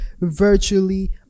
virtually